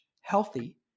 healthy